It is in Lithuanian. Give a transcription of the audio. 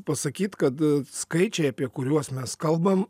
pasakyt kad skaičiai apie kuriuos mes kalbam